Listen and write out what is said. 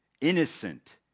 innocent